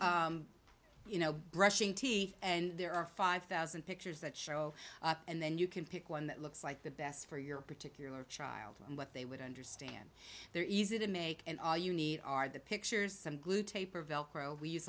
click you know brushing teeth and there are five thousand pictures that show and then you can pick one that looks like the best for your particular child and what they would understand they're easy to make and all you need are the pictures some glue tape or velcro we use